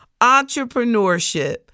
Entrepreneurship